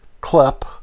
clip